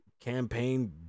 campaign